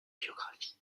biographie